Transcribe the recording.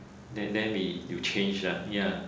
then then we you change lah ya